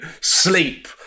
sleep